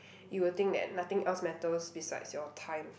you will think that nothing else matters besides your time